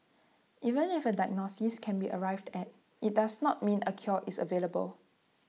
even if A diagnosis can be arrived at IT does not mean A cure is available